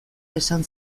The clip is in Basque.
esan